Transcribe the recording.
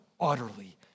utterly